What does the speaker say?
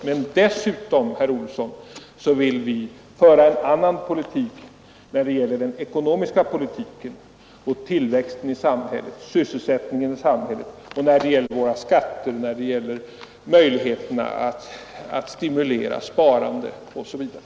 Men dessutom, herr Olsson, vill vi föra en annan politik när det gäller den ekonomiska politiken, tillväxten och sysselsättningen i samhället, våra skatter, möjligheterna att stimulera sparandet osv.